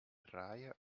reihe